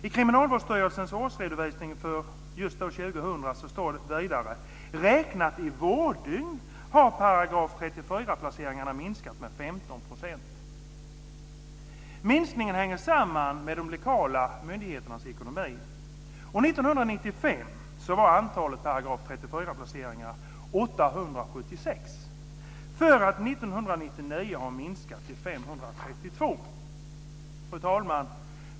I Kriminalvårdsstyrelsens årsredovisning för just år 2000 står det vidare: "Räknat i vårddygn har § 34-placeringar minskat med 15 %. Minskningen hänger samman med de lokala myndigheternas ekonomi." Fru talman!